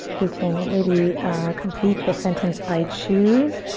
you can maybe complete the sentence, i choose.